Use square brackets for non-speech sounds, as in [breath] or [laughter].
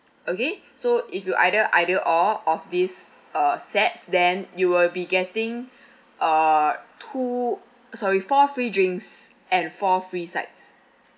okay so if you either either all of these uh sets then you will be getting [breath] uh two uh sorry four free drinks and four free sides